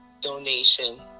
donation